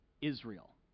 Israel